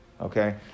Okay